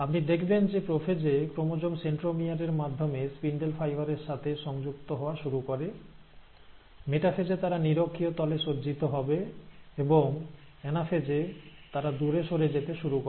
আপনি দেখবেন যে প্রোফেজ এ ক্রোমোজোম সেন্ট্রোমিয়ার এর মাধ্যমে স্পিন্ডেল ফাইবার এর সাথে সংযুক্ত হওয়া শুরু করে মেটাফেজ এ তারা নিরক্ষীয় তল এ সজ্জিত হবে এবং অ্যানাফেজ এ তারা দূরে সরে যেতে শুরু করে